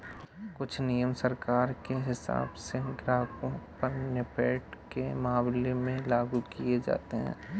कुछ नियम सरकार के हिसाब से ग्राहकों पर नेफ्ट के मामले में लागू किये जाते हैं